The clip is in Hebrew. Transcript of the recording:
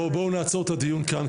בואו נעצור את הדיון כאן,